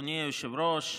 אדוני היושב-ראש,